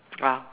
uh